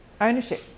ownership